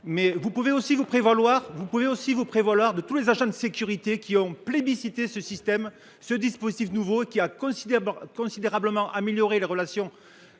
Vous pouvez aussi vous prévaloir de tous les agents de sécurité qui ont plébiscité ce dispositif, lequel a considérablement amélioré les relations